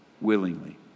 willingly